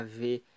ver